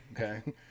Okay